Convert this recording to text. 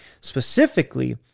Specifically